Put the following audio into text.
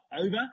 over